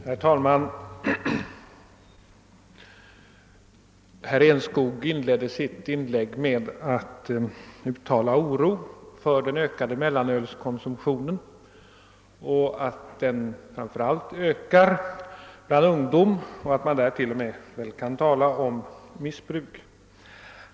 Herr talman! Herr Enskog inledde sitt anförande med att uttrycka oro för den ökade =<:mellanölskonsumtionen. Han sade att den ökar framför allt bland ungdom och att man där t.o.m. kan tala om missbruk.